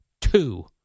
Two